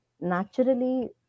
naturally